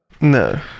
No